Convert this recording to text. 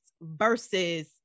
versus